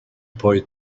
boy